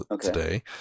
today